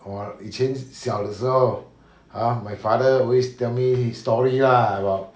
我以前小的时候 hor my father always tell me his story lah about